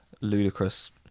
ludicrous